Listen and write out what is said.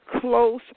Close